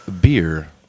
Beer